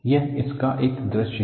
यह इसका एक दृश्य है